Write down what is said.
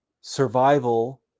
survival